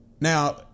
Now